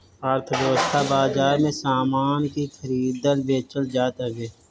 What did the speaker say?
अर्थव्यवस्था बाजार में सामान के खरीदल बेचल जात हवे